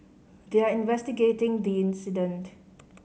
they are investigating the incident